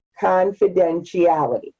confidentiality